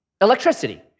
Electricity